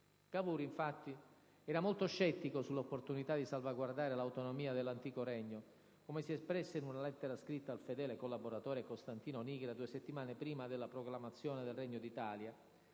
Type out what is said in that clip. Cavour, infatti, era molto scettico sull'opportunità di salvaguardare l'autonomia dell'antico regno, come si espresse in una lettera scritta al fedele collaboratore Costantino Nigra due settimane prima della proclamazione del Regno d'Italia,